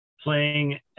playing